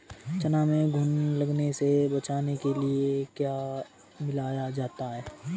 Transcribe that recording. चना में घुन लगने से बचाने के लिए क्या मिलाया जाता है?